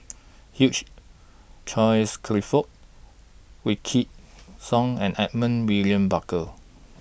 Hugh Charles Clifford Wykidd Song and Edmund William Barker